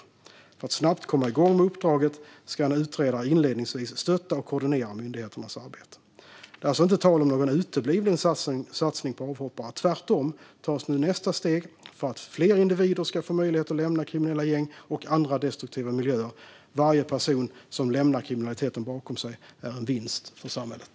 För att myndigheterna snabbt ska komma igång med uppdraget ska en utredare inledningsvis stötta och koordinera deras arbete. Det är alltså inte tal om någon utebliven satsning på avhoppare. Tvärtom tas nu nästa steg för att fler individer ska få möjlighet att lämna kriminella gäng och andra destruktiva miljöer. Varje person som lämnar kriminaliteten bakom sig är en vinst för samhället.